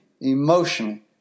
emotionally